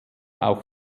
auch